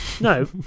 No